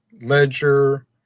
Ledger